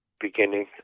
beginning